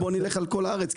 בואו נלך על כל הארץ,